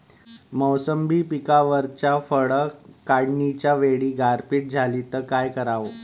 मोसंबी पिकावरच्या फळं काढनीच्या वेळी गारपीट झाली त काय कराव?